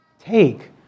take